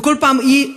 וכל פעם היא,